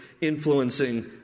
influencing